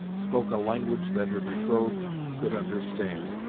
spoke a language that her betrothed could understand.